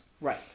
Right